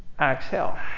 exhale